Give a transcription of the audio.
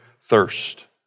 thirst